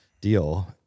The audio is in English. deal